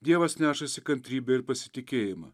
dievas nešasi kantrybę ir pasitikėjimą